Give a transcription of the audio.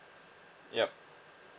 yup